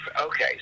okay